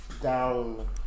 down